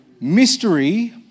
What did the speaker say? Mystery